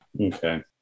Okay